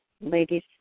ladies